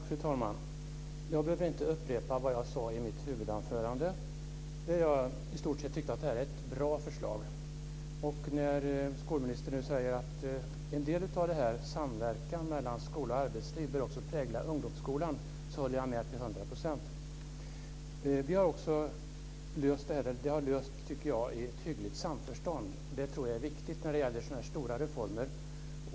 Fru talman! Jag behöver inte upprepa det jag sade i mitt huvudanförande, där jag framhållit att jag i stort sett tycker att det här är ett bra förslag. När skolministern nu säger att en del av denna samverkan mellan skola och arbetsliv också bör prägla ungdomsskolan håller jag med till hundra procent. Jag tycker också att vi har rett ut frågorna i hyggligt samförstånd. Det tror jag är viktigt när det gäller sådana här stora reformer.